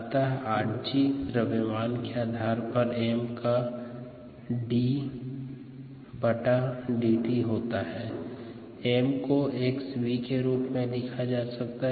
अतः 𝑟𝑔 द्रव्यमान के आधार पर m का ddt होता है m को xV के रूप में में लिखा जा सकता है